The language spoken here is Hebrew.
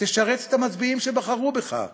תשרת את המצביעים שבחרו בך.